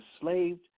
enslaved